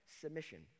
submission